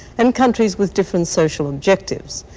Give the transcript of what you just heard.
and countries with different social objectives,